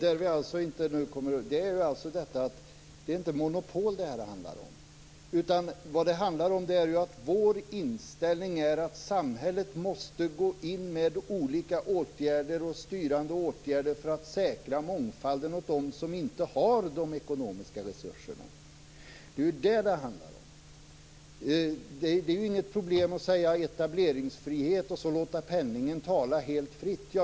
Fru talman! Det är inte monopol det här handlar om. Vår inställning är att samhället måste gå in med olika styrande åtgärder för att säkra mångfalden åt dem som inte har de ekonomiska resurserna. Det är vad det handlar om. Det är inget problem att säga att det skall vara etableringsfrihet och låta penningen tala helt fritt.